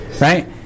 right